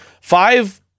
five